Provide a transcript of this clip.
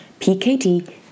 PKD